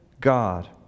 God